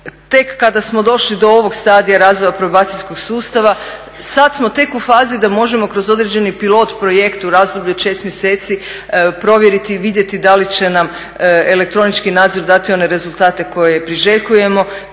Tek kada smo došli do ovog stadija razvoja probacijskog sustava sad smo tek u fazi da možemo kroz određeni pilot projekt u razdoblju od 6 mjeseci provjeriti i vidjeti da li će nam elektronički nadzor dati one rezultate koje priželjkujemo.